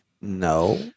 no